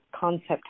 concept